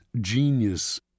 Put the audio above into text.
genius